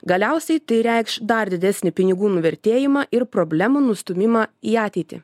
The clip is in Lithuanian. galiausiai tai reikš dar didesnį pinigų nuvertėjimą ir problemų nustūmimą į ateitį